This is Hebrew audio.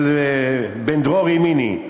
של בן-דרור ימיני.